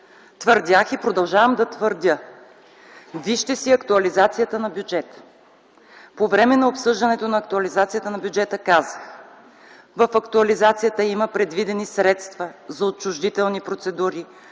Твърдях и продължавам да твърдя – вижте си актуализацията на бюджета; по време на обсъждането на актуализацията на бюджета казах: в актуализацията има предвидени средства за отчуждителни процедури